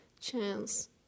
chance